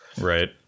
Right